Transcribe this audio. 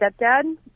stepdad